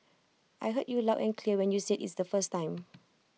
I heard you loud and clear when you said IT the first time